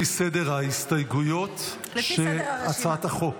סדר הדוברים הוא לפי סדר ההסתייגויות להצעת החוק,